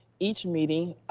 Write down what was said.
each meeting,